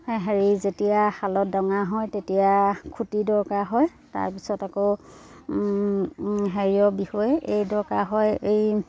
হেৰি যেতিয়া শালত ডঙা হয় তেতিয়া খুঁটি দৰকাৰ হয় তাৰপিছত আকৌ হেৰিয়ৰ বিষয়ে এই দৰকাৰ হয় এই